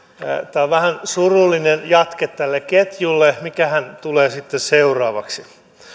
tämä on vähän surullinen jatke tälle ketjulle mikähän tulee sitten seuraavaksi